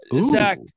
Zach